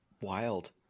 wild